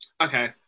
Okay